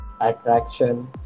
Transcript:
attraction